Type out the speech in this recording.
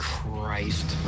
Christ